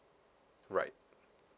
right